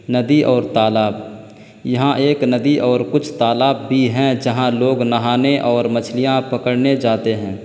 ندی اور تالاب یہاں ایک ندی اور کچھ تالاب بھی ہیں جہاں لوگ نہانے اور مچھلیاں پکڑنے جاتے ہیں